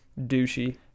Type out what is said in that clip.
douchey